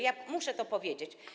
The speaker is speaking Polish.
Ja muszę to powiedzieć.